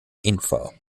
info